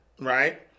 right